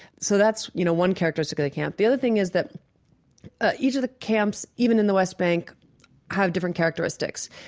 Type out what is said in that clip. so that's you know one characteristic of the camp the other thing is that each of the camps even in the west bank have different characteristics.